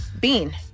Bean